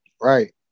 right